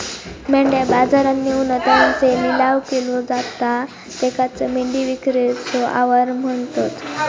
मेंढ्या बाजारात नेऊन त्यांचो लिलाव केलो जाता त्येकाचं मेंढी विक्रीचे आवार म्हणतत